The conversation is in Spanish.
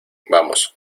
vamos